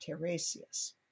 Teresius